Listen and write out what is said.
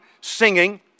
singing